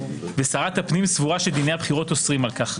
ושרת הפנים סבורה שדיני הבחירות אוסרים על כך.